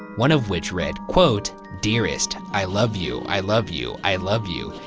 one of which read, dearst, i love you. i love you. i love you.